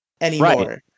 anymore